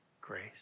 grace